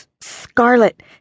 Scarlet